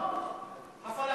הפלסטינים לא כיבדו את ההסכם,